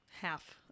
half